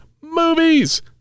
Movies